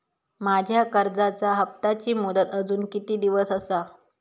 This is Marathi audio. माझ्या कर्जाचा हप्ताची मुदत अजून किती दिवस असा?